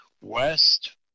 west